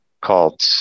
called